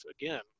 again